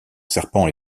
serpent